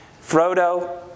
Frodo